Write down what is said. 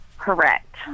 Correct